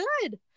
good